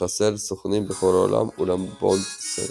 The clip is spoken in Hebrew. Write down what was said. המחסל סוכנים בכל העולם, אולם בונד מסרב.